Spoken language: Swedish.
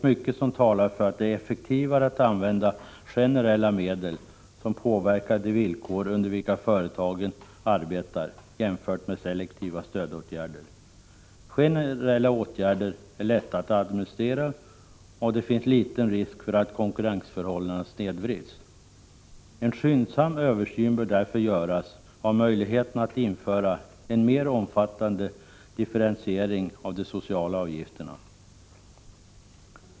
Mycket talar för att det är effektivare att använda generella medel som påverkar de villkor under vilka företagen arbetar jämfört med selektiva stödåtgärder. Generella åtgärder är lätta att administrera, och det finns liten risk för att konkurrensförhållandena snedvrids. En skyndsam översyn bör därför göras av möjligheterna att införa en mer omfattande differentiering av de sociala avgifterna.